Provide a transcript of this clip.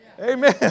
Amen